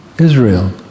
Israel